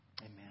Amen